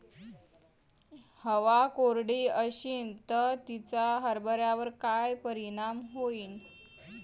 हवा कोरडी अशीन त तिचा हरभऱ्यावर काय परिणाम होईन?